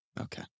okay